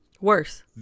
Worse